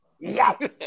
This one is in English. yes